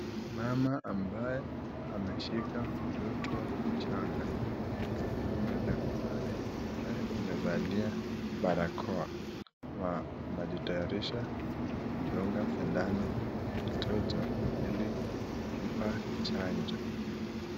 Mama ambaye ameshika mtoto mchanga, kuna daktari ambaye amefalia barakoa na anajitaharisha kumdunga sindano mtoto ili kumpa chanjo.